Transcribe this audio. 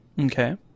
Okay